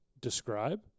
describe